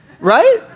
right